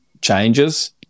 changes